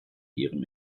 ihrem